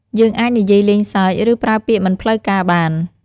យើងអាចនិយាយលេងសើច ឬប្រើពាក្យមិនផ្លូវការបាន។